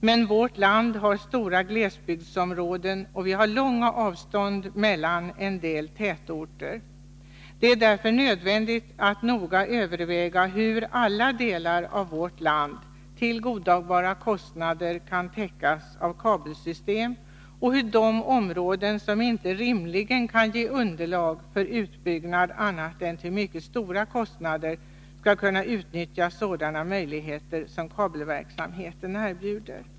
Men vårt land har stora glesbygdsområden, och vi har långa avstånd mellan en del tätorter. Det är därför nödvändigt att noga överväga hur alla delar av vårt land till godtagbara kostnader kan täckas av kabelsystem och hur de områden som rimligen inte kan ge underlag för utbyggnad, annat än till mycket stora kostnader, skall kunna utnyttja sådana möjligheter som kabelverksamheten erbjuder.